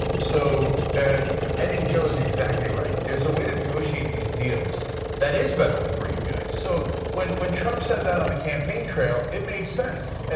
so ah i think joe is exactly right, there is a way to negotiate these deals that is better for you guys. so when when trump said that on the campaign trail it made sense, and